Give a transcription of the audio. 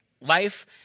life